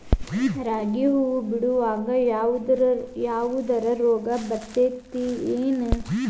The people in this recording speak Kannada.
ರಾಗಿ ಹೂವು ಬಿಡುವಾಗ ಯಾವದರ ರೋಗ ಬರತೇತಿ ಏನ್?